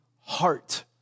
heart